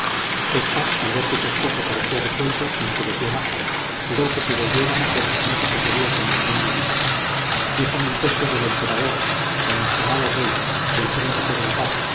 ésta al ver que su esposo parecía resuelto se enfureció más juró que si volviera a nacer no se casaría con ningún marino dijo mil pestes del emperador de nuestro amado rey del príncipe de la paz